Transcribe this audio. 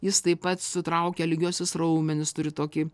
jis taip pat sutraukia lygiuosius raumenis turi tokį